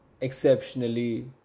exceptionally